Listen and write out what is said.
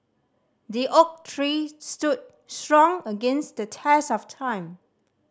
the oak tree stood strong against the test of time